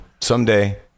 someday